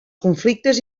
conflictes